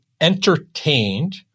entertained